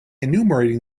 enumerating